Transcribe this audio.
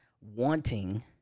wanting